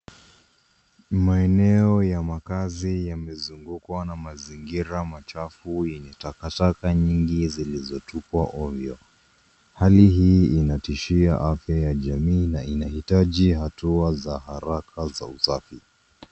Maeneo ya makazi yamezungukwa na mazingira machafu yenye takataka nyingi zilizotupwa ovyo. Hali hii inatishia afya ya jamii na inahitaji hatua za haraka za usafi.